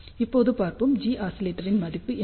இப்போது பார்ப்போம் Posc இன் மதிப்பு என்ன